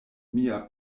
mia